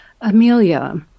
Amelia